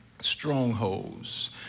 Strongholds